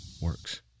works